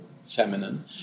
feminine